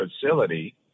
facility